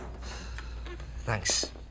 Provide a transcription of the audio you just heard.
Thanks